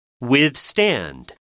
Withstand